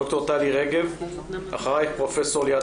ד"ר טלי רגב, ואחרייך פרופ' ליעד